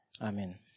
Amen